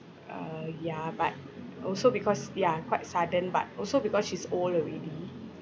uh ya but also because ya quite sudden but also because she's old already